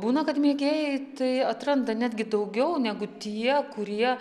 būna kad mėgėjai tai atranda netgi daugiau negu tie kurie